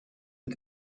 mit